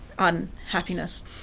unhappiness